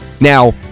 Now